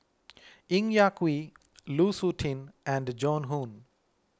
Ng Yak Whee Lu Suitin and Joan Hon